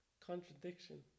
contradiction